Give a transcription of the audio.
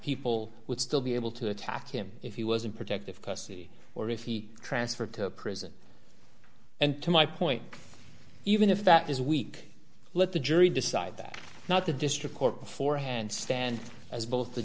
people would still be able to attack him if he was in protective custody or if he transferred to a prison and to my point even if that is weak let the jury decide that not the district court beforehand stand as both the